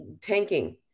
tanking